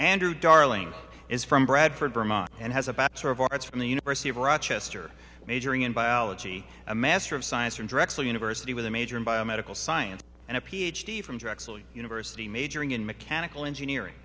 chemistry darling is from bradford burma and has a from the university of rochester majoring in biology a master of science from drexel university with a major in biomedical science and a ph d from drexel university majoring in mechanical engineering